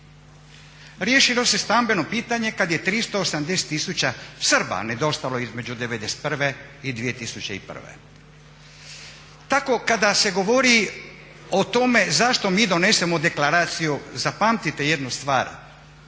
Riješilo se stambeno pitanje kad je 380 000 Srba nedostajalo između '91. i 2001. Tako kada se govori o tome zašto mi donesemo deklaraciju zapamtite jednu stvar,